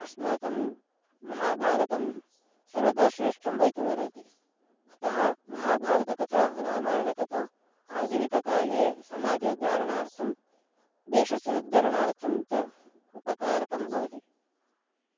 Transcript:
अस्माकं महाभारतं सर्वदा श्रेष्ठं भवितुम् अर्हति अतः महाभारतकथा रामायणकथा आधुनिककाले समाजोद्धरणार्थं देशस्य उद्धरणार्थं च उपकारकं भवति